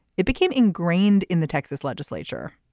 it became ingrained in the texas legislature.